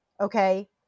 okay